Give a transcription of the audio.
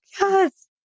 yes